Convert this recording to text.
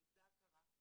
היא איבדה הכרה,